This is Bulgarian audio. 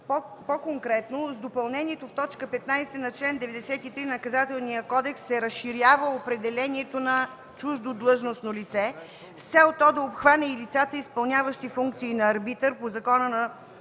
По-конкретно с допълнението в т. 15 на чл. 93 на Наказателния кодекс се разширява определението на „Чуждо длъжностно лице” с цел то да обхване и лицата, изпълняващи функции на арбитър по закона на